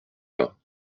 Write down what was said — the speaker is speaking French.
bains